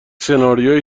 سناریوی